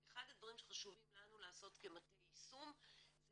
אחד מהדברים שחשובים לנו לעשות כמטה יישום זה